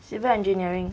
civil engineering